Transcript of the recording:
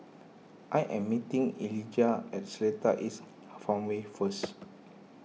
I am meeting Elijah at Seletar East Farmway first